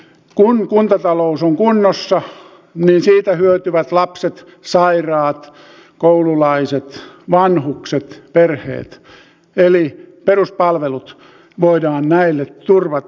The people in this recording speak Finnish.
kun kuntatalous on kunnossa niin siitä hyötyvät lapset sairaat koululaiset vanhukset perheet eli peruspalvelut voidaan näille turvata